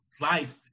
life